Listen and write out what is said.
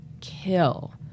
kill